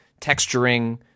texturing